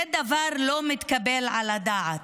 זה דבר שלא מתקבל על הדעת.